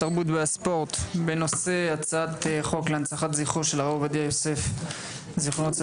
התרבות והספורט בנושא הצעת חוק להנצחת זכרו של הרב עובדיה יוסף זצ"ל.